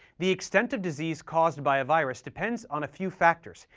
the extent of disease caused by a virus depends on a few factors,